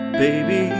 baby